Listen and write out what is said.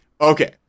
okay